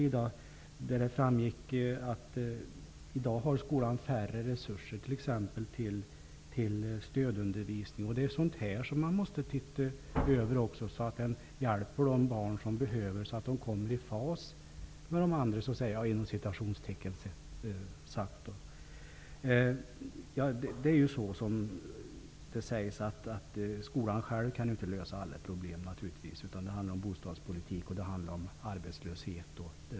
Det framgick då att skolan har i dag mindre resurser till stödundervisning. Även sådana frågor måste ses över. Undervisningen behövs för att hjälpa dessa elever att komma i ''fas'' med de andra eleverna. Naturligtvis kan inte skolan självt lösa alla problem. Det handlar om bostadspolitik och arbetslöshet.